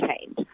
change